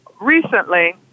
recently